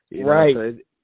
Right